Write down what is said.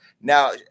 Now